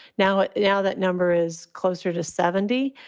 now, now that number is closer to seventy.